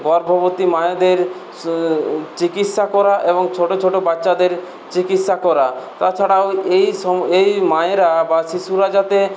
গর্ভবতী মায়েদের চিকিৎসা করা এবং ছোটো ছোটো বাচ্চাদের চিকিৎসা করা তাছাড়াও এই মায়েরা বা শিশুরা যাতে